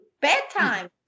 Bedtime